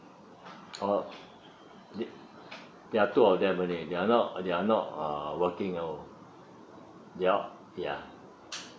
oh they they are two of them only they're not they're not uh working you know you all yeah